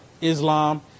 Islam